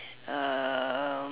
um